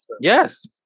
Yes